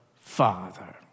father